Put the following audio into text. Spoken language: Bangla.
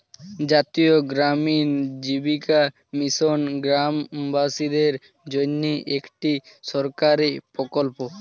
জাতীয় গ্রামীণ জীবিকা মিশন গ্রামবাসীদের জন্যে একটি সরকারি প্রকল্প